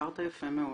דיברת יפה מאוד.